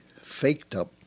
faked-up